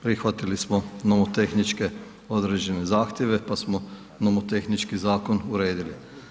Prihvatili smo nomotehničke određene zahtjeve, pa smo nomotehnički zakon uredili.